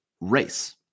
race